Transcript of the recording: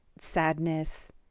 sadness